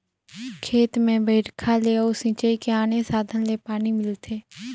खेत में बइरखा ले अउ सिंचई के आने साधन ले पानी मिलथे